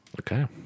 Okay